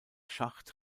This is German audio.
schacht